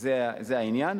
זה העניין.